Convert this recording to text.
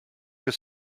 your